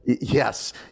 Yes